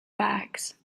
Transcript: bags